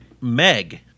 Meg